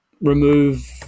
remove